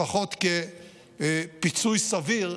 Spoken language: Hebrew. לפחות כפיצוי סביר,